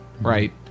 right